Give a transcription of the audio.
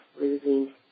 losing